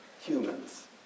humans